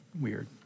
weird